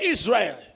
Israel